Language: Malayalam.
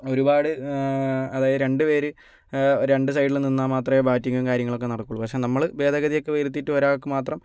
ഒരുപാട് അതായത് രണ്ട് പേര് രണ്ട് സൈഡിൽ നിന്നാൽ മാത്രമേ ബാറ്റിങ്ങും കാര്യങ്ങളൊക്കെ നടക്കുകയുള്ളൂ പക്ഷെ നമ്മൾ ഭേദഗതിയൊക്കെ വരുത്തിയിട്ട് ഒരാൾക്ക് മാത്രം